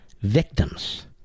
victims